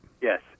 Yes